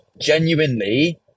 genuinely